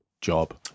job